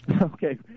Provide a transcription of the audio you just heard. Okay